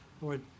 Lord